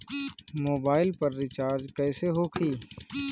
Mobile पर recharge कैसे होखी?